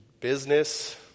Business